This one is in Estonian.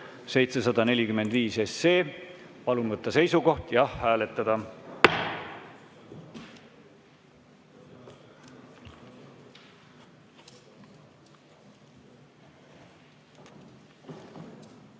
746. Palun võtta seisukoht ja hääletada!